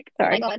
Sorry